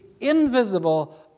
invisible